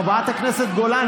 חברת הכנסת גולן,